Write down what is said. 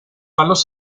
palos